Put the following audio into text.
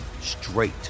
straight